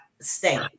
stay